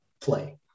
play